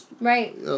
Right